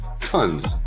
tons